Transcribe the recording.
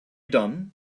done